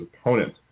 opponent